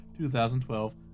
2012